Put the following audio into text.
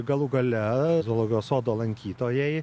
galų gale zoologijos sodo lankytojai